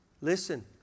Listen